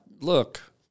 Look